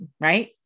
right